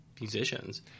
musicians